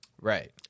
Right